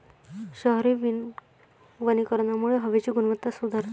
शहरी वनीकरणामुळे हवेची गुणवत्ता सुधारते